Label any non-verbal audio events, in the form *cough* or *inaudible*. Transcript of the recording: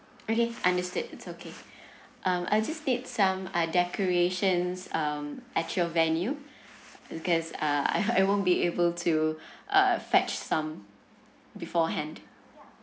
okay understood is okay um I'll just take some uh decorations um at your venue because uh I *laughs* won't be able to uh fetch some beforehand